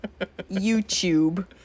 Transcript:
YouTube